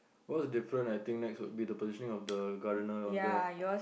what's the difference I think next will be the positioning of the gardener down there